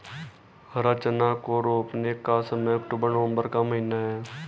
हरा चना को रोपने का समय अक्टूबर नवंबर का महीना है